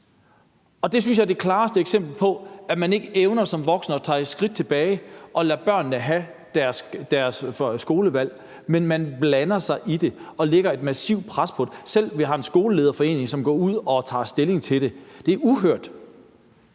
jeg er det klareste eksempel på, at man som voksen ikke evner at træde et skridt tilbage og lade børnene have deres skolevalg. Man blander sig i det og lægger et massivt pres på dem. Vi har en skolelederforening, som går ud og tager stilling til det. Det er uhørt.